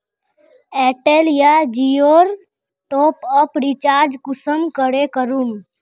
Airtel या जियोर top up recharge कुंसम करे करूम?